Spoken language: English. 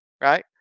right